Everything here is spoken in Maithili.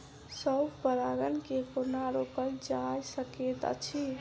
स्व परागण केँ कोना रोकल जा सकैत अछि?